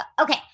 okay